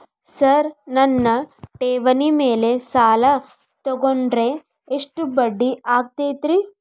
Sir ನನ್ನ ಠೇವಣಿ ಮೇಲೆ ಸಾಲ ತಗೊಂಡ್ರೆ ಎಷ್ಟು ಬಡ್ಡಿ ಆಗತೈತ್ರಿ?